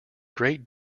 great